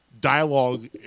dialogue